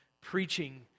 preaching